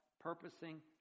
purposing